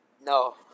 No